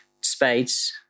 Spades